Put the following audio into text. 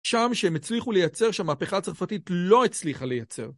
שם שהם הצליחו לייצר שהמהפכה הצרפתית לא הצליחה לייצר.